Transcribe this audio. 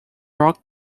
brought